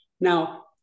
Now